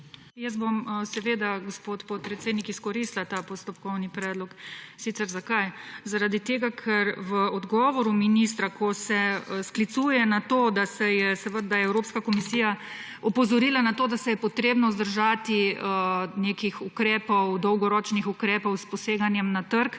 Jaz bom seveda, gospod podpredsednik, izkoristila ta postopkovni predlog. Sicer zakaj? Zaradi tega, ker v odgovoru ministra, ko se sklicuje na to, da je Evropska komisija opozorila na to, da se je potrebno vzdržati nekih ukrepov, dolgoročnih ukrepov s poseganjem na trg,